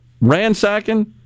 ransacking